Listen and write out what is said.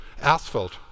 asphalt